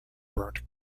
burnt